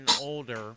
older